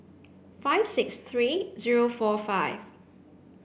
five six three zero four five